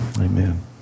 Amen